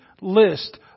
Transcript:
list